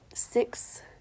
Six